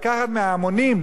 לקחת מההמונים,